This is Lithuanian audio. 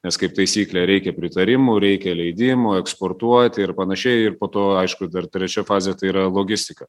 nes kaip taisyklė reikia pritarimų reikia leidimų eksportuoti ir panašiai ir po to aišku dar trečia fazė tai yra logistika